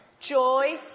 joy